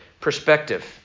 perspective